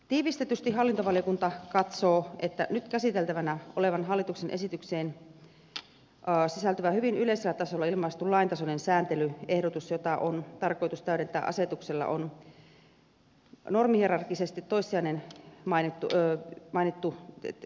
tiivistetysti hallintovaliokunta katsoo että nyt käsiteltävänä olevaan hallituksen esitykseen sisältyvä hyvin yleisellä tasolla ilmaistu laintasoinen sääntelyehdotus jota on tarkoitus täydentää asetuksella on normihierarkkisesti toissijainen tietohallintolakiin nähden